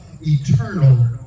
eternal